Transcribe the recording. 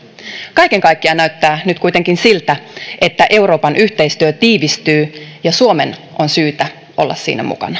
kaiken kaikkiaan näyttää nyt kuitenkin siltä että euroopan yhteistyö tiivistyy ja suomen on syytä olla siinä mukana